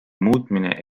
muutmine